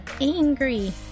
angry